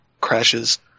crashes